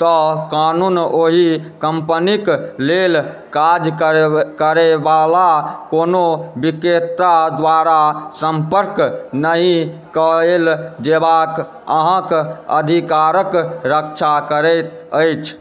तऽ कानून ओहि कम्पनी क लेल काज करयबाला कोनो विक्रेता द्वारा सम्पर्क नहि कयल जयबाक अहाँक अधिकारक रक्षा करैत अछि